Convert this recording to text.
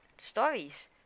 stories